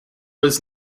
was